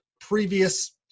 previous